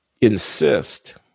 insist